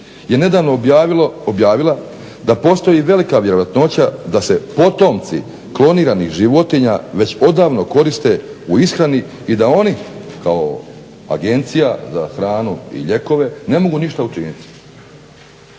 je nedavno objavila da postoji velika vjerojatnoća da se potomci kloniranih životinja već odavno koriste u ishrani i da oni kao Agencija za hranu i lijekove ne mogu ništa učiniti.